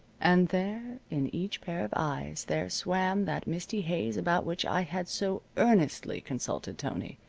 and there, in each pair of eyes there swam that misty haze about which i had so earnestly consulted tony.